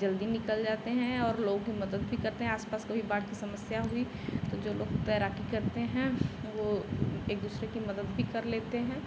जल्दी निकल जाते हैं और लोगों की मदद भी करते हैं आसपास कभी बाढ़ की समस्या हुई तो जो लोग तैराकी करते हैं वह एक दूसरे की मदद भी कर लेते हैं